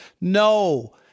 No